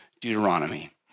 Deuteronomy